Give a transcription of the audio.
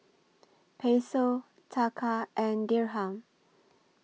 Peso Taka and Dirham